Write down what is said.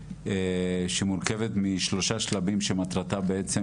אנחנו מקיימים פעילות שמורכבת משלושה שלבים שמטרתם בעצם,